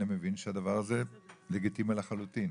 אני מבין שהדבר הזה לגיטימי לחלוטין.